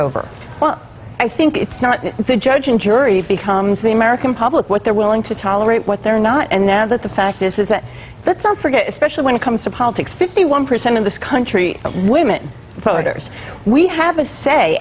well i think it's not the judge and jury it becomes the american public what they're willing to tolerate what they're not and that the fact is that that's all for get especially when it comes to politics fifty one percent of this country women voters we have a say